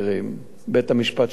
בית-המשפט שחרר אותם.